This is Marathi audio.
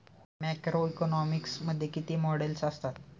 मॅक्रोइकॉनॉमिक्स मध्ये किती मॉडेल्स असतात?